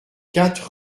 quatre